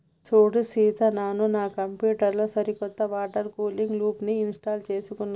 సూడు సీత నాను నా కంప్యూటర్ లో సరికొత్త వాటర్ కూలింగ్ లూప్ని ఇంస్టాల్ చేసుకున్నాను